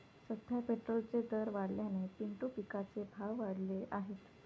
सध्या पेट्रोलचे दर वाढल्याने पिंटू पिकाचे भाव वाढले आहेत